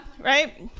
right